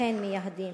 לכן מייהדים.